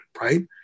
right